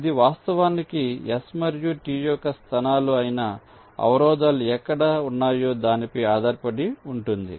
ఇది వాస్తవానికి S మరియు T యొక్క స్థానాలు అయిన అవరోధాలు ఎక్కడ ఉన్నాయో దానిపై ఆధారపడి ఉంటుంది